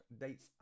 dates